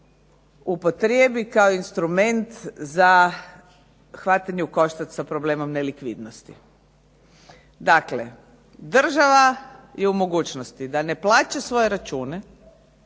upotrijebi kao instrument za hvatanje u koštac sa problemom nelikvidnosti. Dakle, država je u mogućnosti da ne plaća svoje račune,